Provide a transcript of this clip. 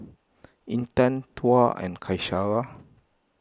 Intan Tuah and Qaisara